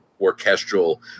orchestral